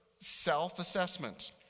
self-assessment